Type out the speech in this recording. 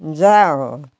जाओ